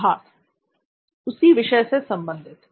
सिद्धार्थ उसी विषय से संबंधित